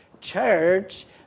Church